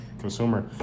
Consumer